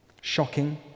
shocking